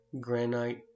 granite